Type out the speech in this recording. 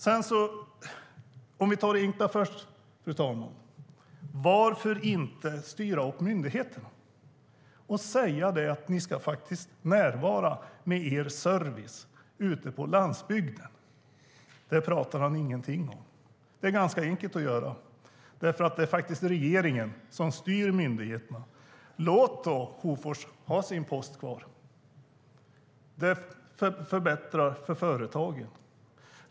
Vi kan ta det enkla först, fru talman. Jag undrar varför man inte styr om myndigheterna och säger: Ni ska faktiskt närvara med er service ute på landsbygden. Det säger man ingenting om. Det är ganska enkelt att göra, för det är faktiskt regeringen som styr myndigheterna. Låt då Hofors ha sin post kvar. Det förbättrar för företagen.